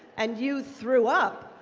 and you threw up,